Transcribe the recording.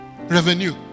revenue